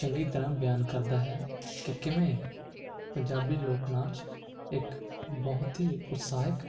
ਚੰਗੀ ਤਰ੍ਹਾਂ ਬਿਆਨ ਕਰਦਾ ਹੈ ਕਿ ਕਿਵੇਂ ਪੰਜਾਬੀ ਲੋਕ ਨਾਚ ਇੱਕ ਬਹੁਤ ਹੀ ਉਤਸਾਹਿਕ